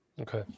okay